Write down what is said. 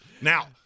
now